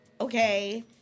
Okay